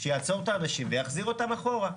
שיעצור את האנשים ויחזיר אותם אחורה.